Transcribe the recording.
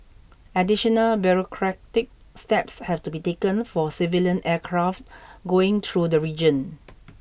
additional bureaucratic steps have to be taken for civilian aircraft going through the region